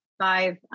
five